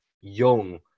young